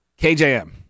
KJM